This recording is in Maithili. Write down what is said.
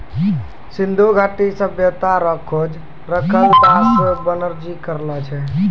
सिन्धु घाटी सभ्यता रो खोज रखालदास बनरजी करलो छै